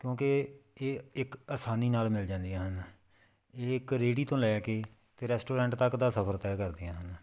ਕਿਉਂਕਿ ਇਹ ਇੱਕ ਆਸਾਨੀ ਨਾਲ ਮਿਲ ਜਾਂਦੀਆਂ ਹਨ ਇਹ ਇੱਕ ਰੇਹੜੀ ਤੋਂ ਲੈ ਕੇ ਅਤੇ ਰੈਸਟੋਰੈਂਟ ਤੱਕ ਦਾ ਸਫਰ ਤੈਅ ਕਰਦੀਆਂ ਹਨ